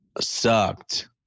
sucked